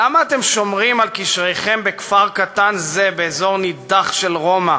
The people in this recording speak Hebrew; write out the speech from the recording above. למה אתם שומרים על קשריכם בכפר קטן זה באזור נידח של רומא,